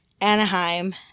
Anaheim